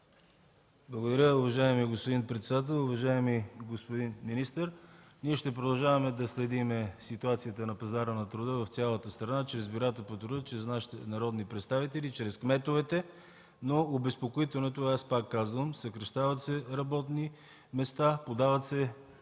Благодаря, уважаеми господин председател. Уважаеми господин министър, ще продължаваме да следим ситуацията на пазара на труда в цялата страна чрез бюрата по труда, чрез нашите народни представители, чрез кметовете. Обезпокоителното е, пак казвам, съкращават се работни места, подават се